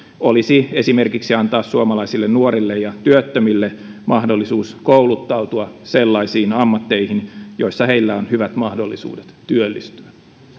olisi esimerkiksi antaa suomalaisille nuorille ja työttömille mahdollisuus kouluttautua sellaisiin ammatteihin joissa heillä on hyvät mahdollisuudet työllistyä